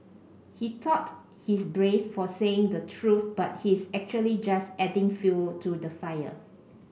he thought he's brave for saying the truth but he's actually just adding fuel to the fire